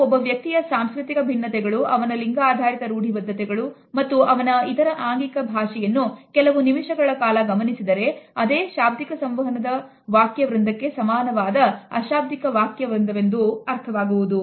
ನಾವು ಒಬ್ಬ ವ್ಯಕ್ತಿಯ ಸಾಂಸ್ಕೃತಿಕ ಭಿನ್ನತೆಗಳು ಅವನ ಲಿಂಗಾಧಾರಿತ ರೂಡಿ ಬದ್ಧತೆಗಳು ಮತ್ತು ಅವನ ಇತರ ಆಂಗಿಕ ಭಾಷೆಯನ್ನು ಕೆಲವು ನಿಮಿಷಗಳ ಕಾಲ ಗಮನಿಸಿದರೆ ಅದೇ ಶಾಬ್ದಿಕ ಸಂವಹನದ ವಾದ್ಯವೃಂದಕ್ಕೆ ಸಮಾನವಾದ ಅಶಾಬ್ದಿಕ ವಾಕ್ಯವೃಂದವಾಗುವುದು